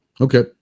Okay